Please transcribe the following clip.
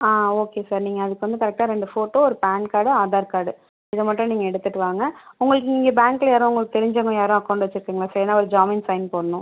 on okay sir நீங்கள் அதுக்கு வந்து கரெக்ட்டாக ரெண்டு ஃபோட்டோ ஒரு பேன் கார்டு ஆதார் கார்டு இதை மட்டும் நீங்கள் எடுத்துகிட்டு வாங்க உங்களுக்கு நீங்கள் பேங்க்கில் யாரும் உங்களுக்கு தெரிஞ்சவங்க யாரும் அக்கவுண்ட் வச்சுருக்கீங்ளா சார் ஏன்னா ஒரு ஜாமின் சைன் போடணும்